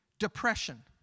depression